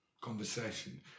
conversation